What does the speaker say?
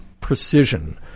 precision